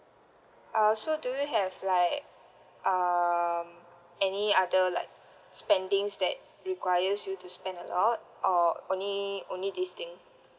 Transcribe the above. uh so do you have like um any other like spendings that requires you to spend a lot or only only this thing